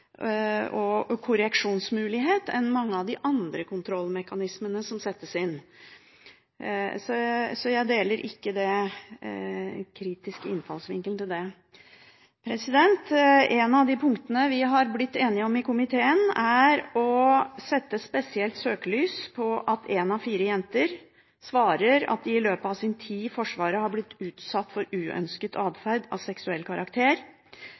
og korreksjonsmulighet enn mange av de andre kontrollmekanismene som settes inn. Jeg deler ikke den kritiske innfallsvinkelen til dette. Et av de punktene vi har blitt enige om i komiteen, er å sette spesielt søkelys på det at én av fire jenter svarer at de i løpet av sin tid i Forsvaret, har blitt utsatt for uønsket atferd av seksuell karakter,